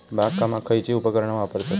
बागकामाक खयची उपकरणा वापरतत?